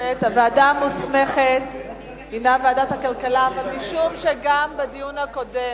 הכנסת הוועדה המוסמכת היא ועדת הכלכלה אבל משום שגם בדיון הקודם,